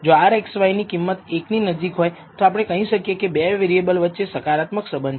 જો rxy ની કિંમત 1 ની નજીક હોય તો આપણે કહી શકીએ કે 2 વેરીએબલ વચ્ચે સકારાત્મક સહસબંધ છે